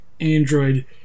Android